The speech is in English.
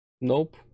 Nope